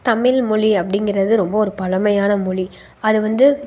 தமிழ் மொழி அப்படிங்கிறது ரொம்ப ஒரு பழமையான மொழி அது வந்து